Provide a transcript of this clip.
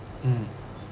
mm